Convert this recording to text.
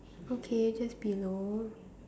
okay just below